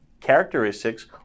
characteristics